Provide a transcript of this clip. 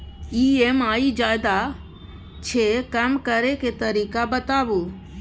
EMI ज्यादा छै कम करै के तरीका बताबू?